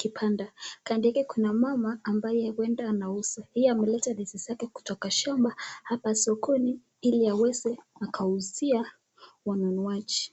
kibanda kando yake kuna mama ambaye anauza, huyu ameleta ndizi zake kutoka shamba hapa sokoni iliaweze kuwauzia wanunuaji.